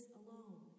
alone